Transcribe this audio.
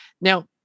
now